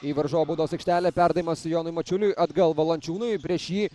į varžovų baudos aikštelę perdavimas jonui mačiuliui atgal valančiūnui prieš jį